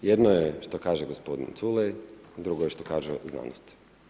Jedno je što kaže gospodin Culej, drugo je što kaže znanost.